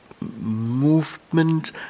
movement